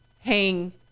hang